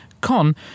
Con